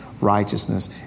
righteousness